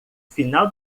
final